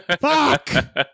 Fuck